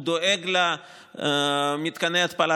הוא דואג למתקני התפלה,